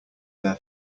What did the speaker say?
their